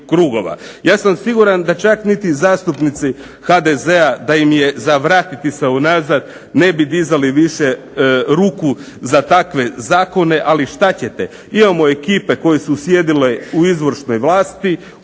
Ja sam siguran da čak niti zastupnici HDZ-a, da im je za vratiti se unazad ne bi dizali više ruku za takve zakone. Ali šta ćete! Imamo ekipe koje su sjedile u izvršnoj vlasti,